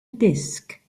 disk